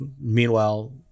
meanwhile